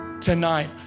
tonight